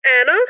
Anna